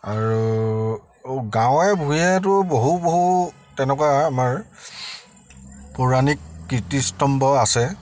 আৰু গাঁৱে ভূঞেতো বহু বহু তেনেকুৱা আমাৰ পৌৰাণিক কীৰ্তিস্তম্ভ আছে